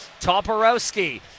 Toporowski